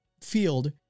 field